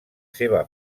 seva